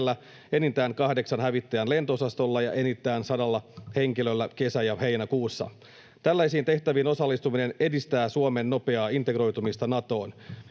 enintään kahdeksan hävittäjän lento-osastolla ja enintään 100 henkilöllä kesä‑ ja heinäkuussa. Tällaisiin tehtäviin osallistuminen edistää Suomen nopeaa integroitumista Natoon,